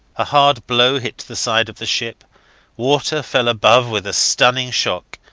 a hard blow hit the side of the ship water fell above with a stunning shock,